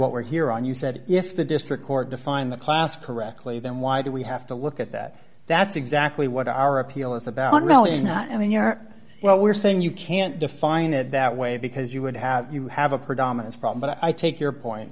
what we're here on you said if the district court defined the class correctly then why do we have to look at that that's exactly what our appeal is about really not i mean you're well we're saying you can't define it that way because you would have you have a predominance problem but i take your point